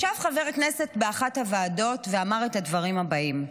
ישב חבר כנסת באחת הוועדות ואמר את הדברים הבאים: